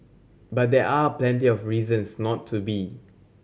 but there are plenty of reasons not to be